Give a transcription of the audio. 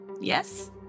Yes